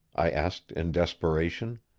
i asked in desperation.